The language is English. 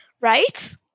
right